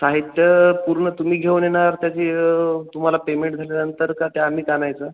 साहित्य पूर्ण तुम्ही घेऊन येणार त्याची तुम्हाला पेमेंट झाल्यानंतर का त्या आम्हीच आणायचं